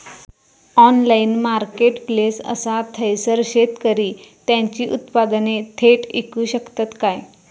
Online marketplace असा थयसर शेतकरी त्यांची उत्पादने थेट इकू शकतत काय?